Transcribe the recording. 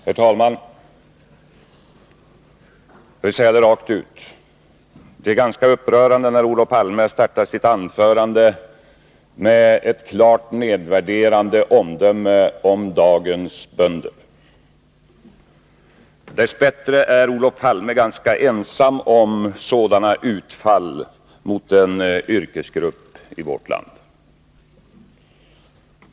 Herr talman! Jag vill säga det rakt ut: Det är ganska upprörande, när Olof Palme startar sitt anförande med ett klart nedvärderande omdöme om dagens bönder. Dess bättre är Olof Palme ganska ensam om sådana utfall mot en yrkesgrupp i vårt land.